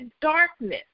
darkness